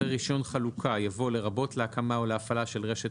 אחרי "רישיון חלוקה" יבוא "לרבות להקמה או להפעלה של רשת